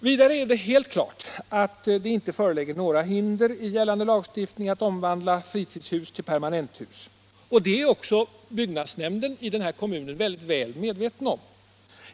Vidare är det helt klart att det inte föreligger några hinder i gällande lagstiftning att omvandla fritidshus till permanenthus. Detta är också byggnadsnämnden i kommunen väl medveten om.